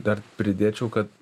dar pridėčiau kad